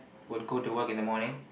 would go to work in the morning